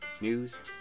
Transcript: news